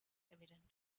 evident